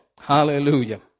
Hallelujah